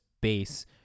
base